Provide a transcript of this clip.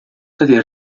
stati